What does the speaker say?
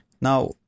Now